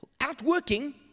outworking